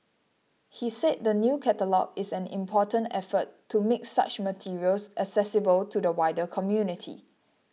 he said the new catalogue is an important effort to make such materials accessible to the wider community